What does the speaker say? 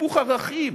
היפוך ערכים: